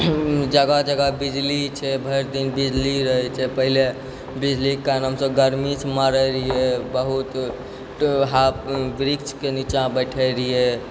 जगह जगह बिजली छै भरि दिन बिजली रहै छै पहिले बिजलीके कारण हमसभ गरमीसँ मरै रहिए बहुत वृक्षके निचाँ बैठे रहिए